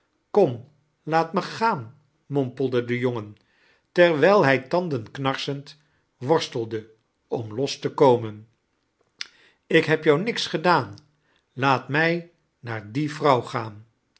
kom laat me gaanl mompelde ae jongen terwijl hij tandenknarsend worstelde om los te komen ik heb jou niks gedaan laat mi naar die yrouw gaanl